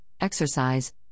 exercise